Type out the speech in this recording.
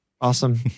Awesome